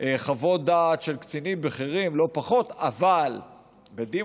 חוות דעת של קצינים בכירים לא פחות אבל בדימוס,